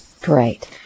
Great